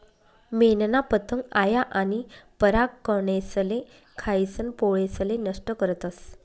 मेनना पतंग आया आनी परागकनेसले खायीसन पोळेसले नष्ट करतस